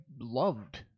loved